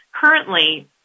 currently